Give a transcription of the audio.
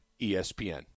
ESPN